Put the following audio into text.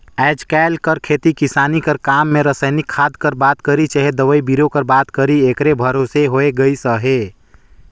आएज काएल कर खेती किसानी कर काम में रसइनिक खाद कर बात करी चहे दवई बीरो कर बात करी एकरे भरोसे होए गइस अहे